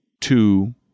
two